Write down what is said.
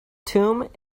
tomb